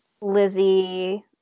Lizzie